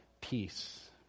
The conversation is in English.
peace